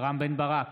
רם בן ברק,